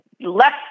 less